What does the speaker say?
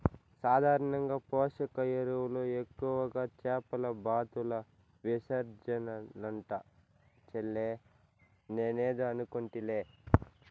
సాధారణంగా పోషక ఎరువులు ఎక్కువగా చేపల బాతుల విసర్జనలంట చెల్లే నేనేదో అనుకుంటిలే